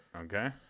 okay